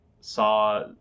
saw